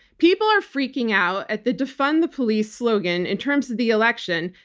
people are freaking out at the defund the police slogan in terms of the election,